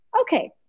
okay